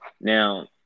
Now